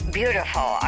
beautiful